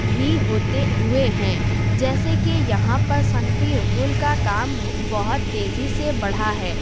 بھی ہوتے ہوئے ہیں جیسے کہ یہاں پر صنفی رول کا کام بہت تیزی سے بڑھا ہے